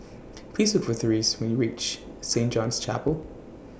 Please Look For Therese when YOU REACH Saint John's Chapel